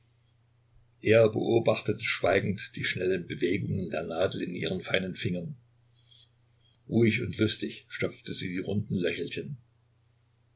er beobachtete schweigend die schnellen bewegungen der nadel in ihren feinen fingern ruhig und lustig stopfte sie die runden löchelchen